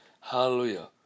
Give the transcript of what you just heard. hallelujah